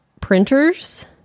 printers